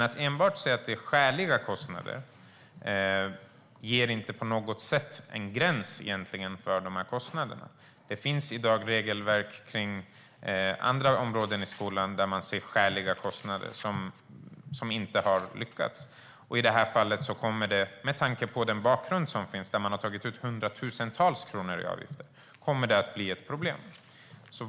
Att enbart säga att det ska vara "skäliga kostnader" sätter ingen egentlig gräns för avgiften. Det finns i dag regelverk om andra områden i skolan, där man också talar om skäliga kostnader, vilket inte har blivit lyckat. Med tanke på att man tidigare har tagit ut hundratusentals kronor i avgifter kommer detta att bli ett problem.